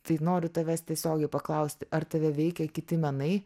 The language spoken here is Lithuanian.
tai noriu tavęs tiesiogiai paklausti ar tave veikia kiti menai